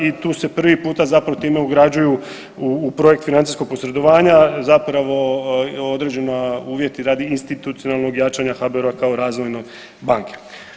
I tu se prvi puta zapravo time ugrađuju u projekt financijskog posredovanja određeni uvjeti radi institucionalnog jačanja HBOR-a kao razvojne banke.